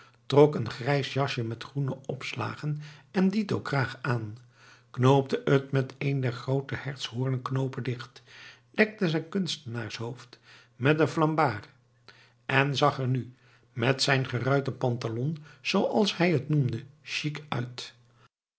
een grijs jasje met groene opslagen en dito kraag aan knoopte het met een der groote hertshoornen knoopen dicht dekte zijn kunstenaarshoofd met een flambard en zag er nu met zijn geruite pantalon zooals hij het noemde sjiek uit